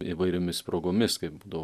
įvairiomis progomis kai būdavo